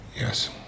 Yes